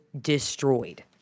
destroyed